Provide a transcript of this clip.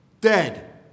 Dead